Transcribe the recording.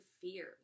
fears